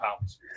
pounds